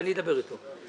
את טיבי שאלתי.